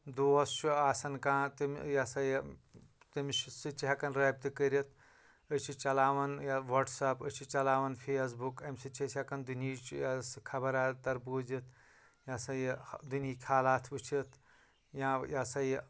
دوس چھُ آسان کانٛہہ تِم یہِ ہسا یہِ تٔمِس چھُ سُہ تہِ چھُ ہٮ۪کان رٲبطہٕ کٔرِتھ أسۍ چھِ چَلاوان یا وَٹسَپ أسۍ چھِ چَلاوان فیس بُک اَمہِ سۭتۍ چھِ أسۍ ہٮ۪کان دُنہِچ یۄس خبر اَتر بوٗزِتھ یہِ ہسا یہِ دُنہِکۍ حالات وٕچھِتھ یا یہِ ہسا یہِ